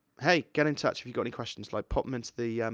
hey, get in touch, if you've got any questions, like, pop em into the,